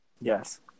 Yes